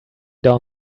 down